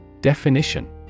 Definition